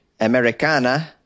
Americana